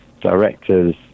directors